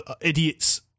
idiots